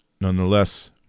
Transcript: nonetheless